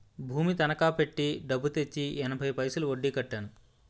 భూమి తనకా పెట్టి డబ్బు తెచ్చి ఎనభై పైసలు వడ్డీ కట్టాను